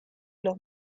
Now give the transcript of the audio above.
los